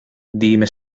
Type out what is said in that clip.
dime